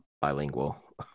bilingual